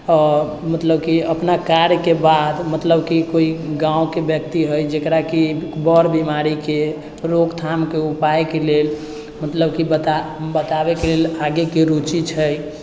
मतलब कि अपना कार्यके बाद मतलब कि कोइ गाँवके व्यक्ति अहि जेकरा कि बड़ बीमारीके रोकथामके उपायके लेल मतलब कि बताबैके लेल आगेके रूचि छै